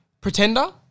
Pretender